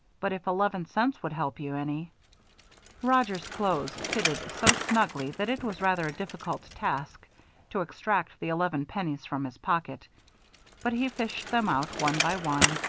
but, if eleven cents would help you any roger's clothes fitted so snugly that it was rather a difficult task to extract the eleven pennies from his pocket but he fished them out, one by one.